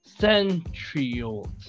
Centrioles